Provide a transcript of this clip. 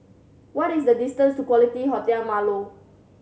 what is the distance to Quality Hotel Marlow